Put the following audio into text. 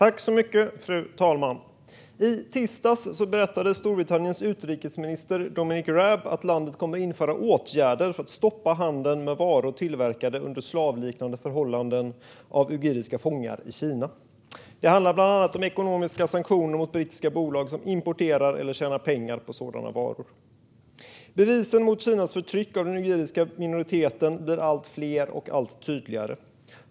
Fru talman! I tisdags berättade Storbritanniens utrikesminister Dominic Raab att landet kommer att införa åtgärder för att stoppa handeln med varor tillverkade under slavliknande förhållanden av uiguriska fångar i Kina. Det handlar bland annat om ekonomiska sanktioner mot brittiska bolag som importerar eller tjänar pengar på sådana varor. Bevisen för Kinas förtryck av den uiguriska minoriteten blir allt fler och allt tydligare.